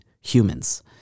humans